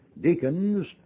deacons